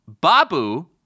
Babu